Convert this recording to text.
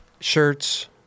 Shirts